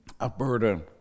Alberta